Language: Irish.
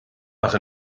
ach